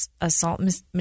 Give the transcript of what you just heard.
assault